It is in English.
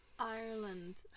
Ireland